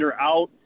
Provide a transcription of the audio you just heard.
out